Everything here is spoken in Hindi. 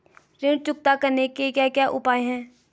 ऋण चुकता करने के क्या क्या उपाय हैं?